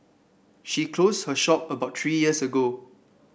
she closed her shop about three years ago